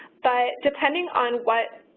but depending on what